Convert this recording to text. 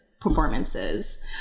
performances